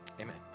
Amen